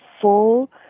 full